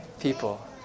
people